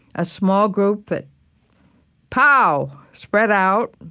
a small group that pow! spread out,